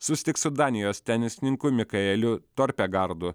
susitiks su danijos tenisininku mikaeliu torpegardu